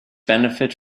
benefit